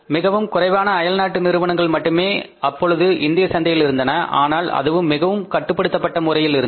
மிகவும் குறைவான அயல்நாட்டு நிறுவனங்கள் மட்டுமே அப்பொழுது இந்திய சந்தையில் இருந்தன ஆனால் அதுவும் மிகவும் கட்டுப்படுத்தப்பட்ட முறையில் இருந்தன